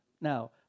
Now